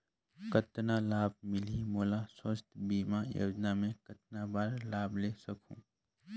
कतना लाभ मिलही मोला? स्वास्थ बीमा योजना मे कतना बार लाभ ले सकहूँ?